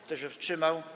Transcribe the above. Kto się wstrzymał?